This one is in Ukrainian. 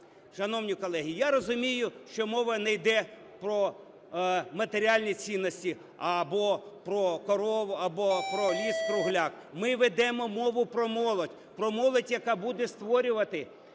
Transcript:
Шановні колеги, я розумію, що мова не йде про матеріальні цінності, або про корову, або про ліс-кругляк. Ми ведемо мову про молодь, про молодь, яка буде створювати